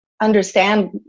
understand